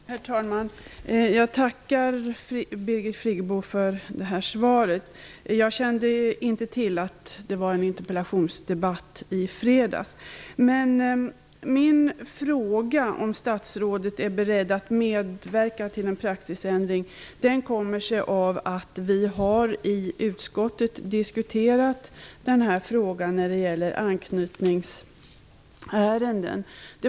Herr talman! Jag tackar Birgit Friggebo för svaret. Jag kände inte till att en interpellationsdebatt ägde rum i fredags. Min fråga, om statsrådet är beredd att medverka till en praxisändring, har sin grund i att vi i utskottet har diskuterat frågan om anknytningsärenden.